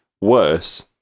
worse